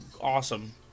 awesome